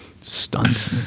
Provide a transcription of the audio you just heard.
stunt